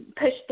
pushed